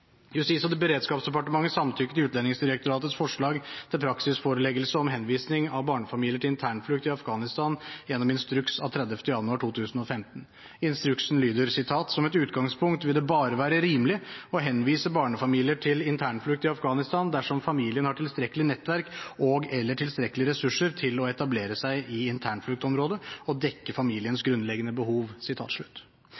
Justis- og beredskapsdepartementet samtykket til Utlendingsdirektoratets forslag til praksisforeleggelse om henvisning av barnefamilier til internflukt i Afghanistan gjennom instruks av 30. januar 2015. Instruksen lyder: «Som et utgangspunkt vil det bare være rimelig å henvise barnefamilier til internflukt i Afghanistan dersom familien har tilstrekkelig nettverk og/eller tilstrekkelige ressurser til å etablere seg i internfluktområdet og dekke familiens grunnleggende behov.»